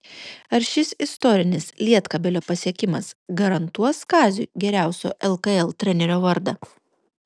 ar šis istorinis lietkabelio pasiekimas garantuos kaziui geriausio lkl trenerio vardą